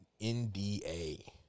NDA